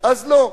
אז לא.